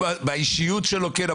באישיות שלו כן,